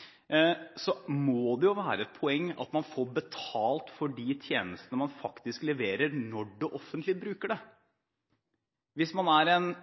så langt er vi ikke kommet, at det må jo være et poeng at man får betalt for de tjenestene man faktisk leverer når det offentlige bruker dem. Hvis man er en